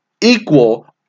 equal